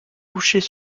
couchés